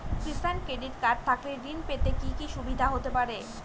কিষান credit card থাকলে ঋণ পেতে কি কি সুবিধা হতে পারে?